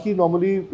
normally